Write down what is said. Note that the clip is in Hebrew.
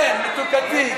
כן, מתוקתי,